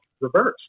reversed